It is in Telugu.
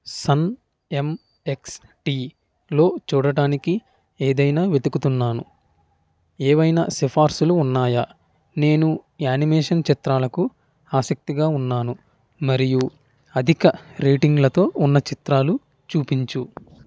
సన్ యమ్ఎక్స్టీలో చూడడానికి ఏదైనా వెతుకుతున్నాను ఏవైనా సిఫార్సులు ఉన్నాయా నేను యానిమేషన్ చిత్రాలకు ఆసక్తిగా ఉన్నాను మరియు అధిక రేటింగ్లతో ఉన్న చిత్రాలు చూపించు